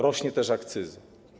Rośnie też akcyza.